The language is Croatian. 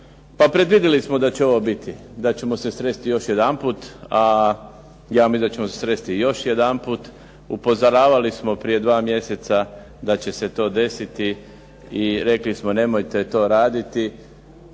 Pa predvidili smo da će ovo biti, da ćemo se sresti još jedanput, a ja mislim da ćemo se sresti još jedanput. Upozoravali smo prije 2 mjeseca da će se to desiti i rekli smo nemojte to raditi